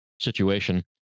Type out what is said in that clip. situation